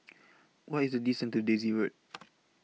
What IS The distance to Daisy Road